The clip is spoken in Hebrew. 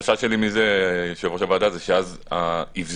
החשש שלי מזה, יושב ראש הוועדה, שאז האבזור